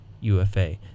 UFA